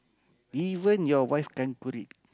even your wife can't cook it